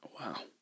Wow